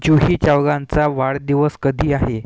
जुही चावलांचा वाढदिवस कधी आहे